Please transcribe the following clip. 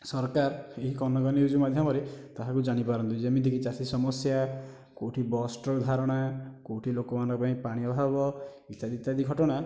ସରକାର ଏହି କନକ ନ୍ୟୁଜ୍ ମାଧ୍ୟମରେ ତାହା ବି ଜାଣିପାରନ୍ତି ଯେମିତି କି ଚାଷୀ ସମସ୍ୟା କେଉଁଠି ବସ୍ ଟ୍ରକ ଧାରଣା କେଉଁଠି ଲୋକମାନଙ୍କ ପାଇଁ ପାଣି ଅଭାବ ଇତ୍ୟାଦି ଇତ୍ୟାଦି ଘଟଣା